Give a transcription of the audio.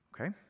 Okay